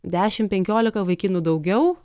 dešim penkiolika vaikinų daugiau